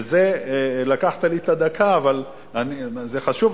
וזה, לקחת לי את הדקה, אבל זה חשוב.